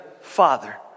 father